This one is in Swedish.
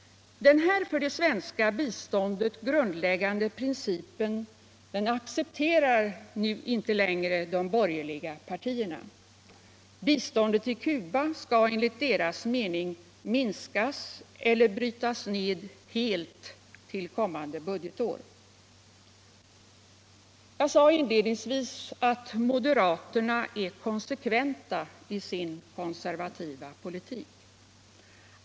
Denna för det svenska biståndet grundläggande princip accepterar nu inte längre de borgerliga partierna. Biståndet till Cuba skall enligt deras mening minskas eller brytas helt till kommande budgetår. Jag sade inledningsvis att moderaterna är konsekventa i sin konservativa politik.